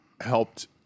helped